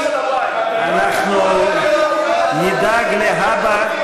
אנחנו נדאג להבא,